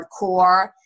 hardcore